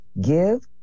give